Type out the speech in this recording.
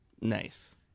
Nice